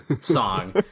song